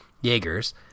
Jaegers